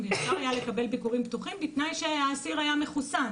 אפשר היה לקבל ביקורים פתוחים בתנאי שהאסיר היה מחוסן.